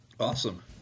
Awesome